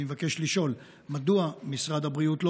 אני מבקש לשאול: מדוע משרד הבריאות לא